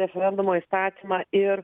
referendumo įstatymą ir